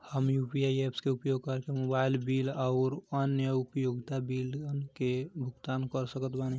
हम UPI apps के उपयोग करके मोबाइल बिल आउर अन्य उपयोगिता बिलन के भुगतान कर सकत बानी